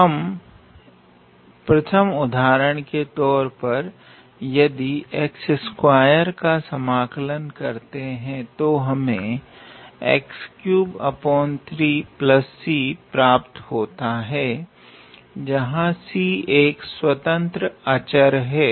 हम प्रथम उदाहरण के तौर पर यदि का समाकलन करते हैं तो हमें प्राप्त होता है जहां C एक स्वतंत्र अचर है